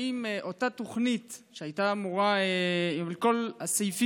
האם אותה תוכנית שהייתה אמורה להיות מיושמת,